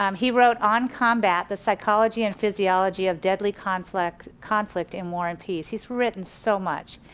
um he wrote, on combat, the psychology and physiology of deadly conflict conflict in war and peace. he's written so much.